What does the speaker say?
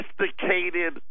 sophisticated